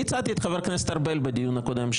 הצעתי את חבר הכנסת ארבל בדיון הקודם.